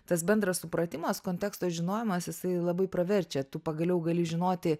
tas bendras supratimas konteksto žinojimas jisai labai praverčia tu pagaliau gali žinoti